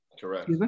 Correct